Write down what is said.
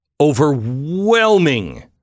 overwhelming